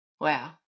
Wow